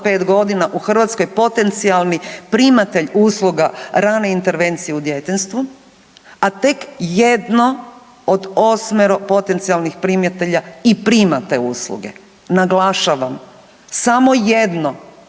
5 godina u Hrvatskoj potencijali primatelj usluga rane intervencije u djetinjstvu, a tek 1 od 8 potencijalnih primatelja i prima te usluge. Naglašavam samo jedno